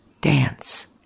dance